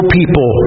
people